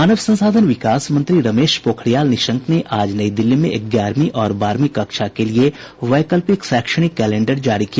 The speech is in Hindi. मानव संसाधन विकास मंत्री रमेश पेाखरियाल निशंक ने आज नई दिल्ली में ग्यारहवीं और बारहवीं कक्षा के लिए वैकल्पिक शैक्षणिक कैलेंडर जारी किया